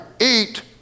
eat